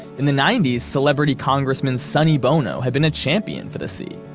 in the nineties', celebrity congressman sonny bono, had been a champion for the sea,